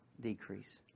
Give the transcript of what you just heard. decrease